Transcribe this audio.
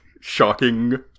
shocking